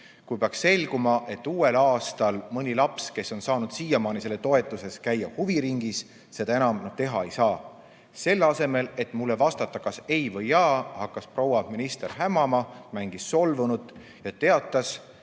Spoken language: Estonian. kui peaks selguma, et uuel aastal mõni laps, kes on saanud siiamaani tänu sellele toetusele käia huviringis, seda enam teha ei saa. Selle asemel, et mulle vastata, kas ei või jaa, hakkas proua minister hämama, mängis solvunut ja teatas,